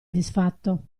disfatto